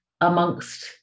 amongst